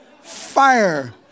fire